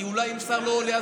כי אם שר לא עולה,